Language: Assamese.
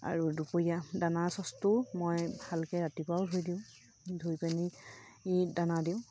আৰু দুপৰীয়া দানা ছচটোও মই ভালকৈ ৰাতিপুৱাও ধুই দিওঁ ধুই পিনি দানা দিওঁ